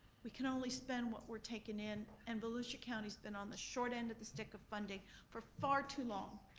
we can only spend what we're taking in and volusia county's been on the short end of the stick for funding for far too long,